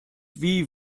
wie